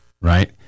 Right